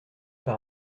par